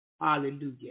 Hallelujah